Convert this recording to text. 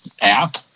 app